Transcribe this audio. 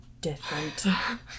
different